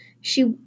She